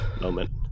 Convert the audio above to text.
Moment